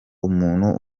umuntu